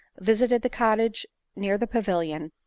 visited the cottages near the pavilion,